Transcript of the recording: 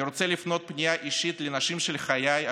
אני רוצה לפנות פנייה אישית לנשים של חיי,